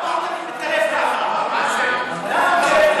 למה עדיין